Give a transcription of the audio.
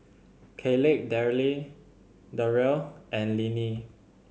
Kayleigh Deryl and Linnie